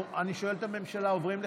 אני שואל את הממשלה: עוברים לחיסיון?